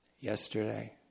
Yesterday